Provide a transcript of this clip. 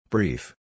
Brief